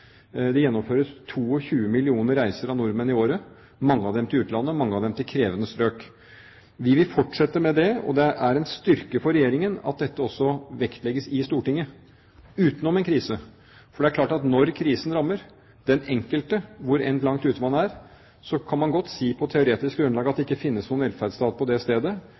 Det gjennomføres 22 millioner reiser av nordmenn i året, mange av dem til utlandet, mange av dem til krevende strøk. Vi vil fortsette med det. Det er en styrke for Regjeringen at dette også vektlegges i Stortinget utenom en krise, for det er klart at når krisen rammer den enkelte, hvor langt ute man enn er, kan man på teoretisk grunnlag godt si at det ikke finnes noen velferdsstat på det stedet,